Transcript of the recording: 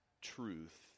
truth